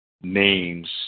names